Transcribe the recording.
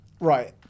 Right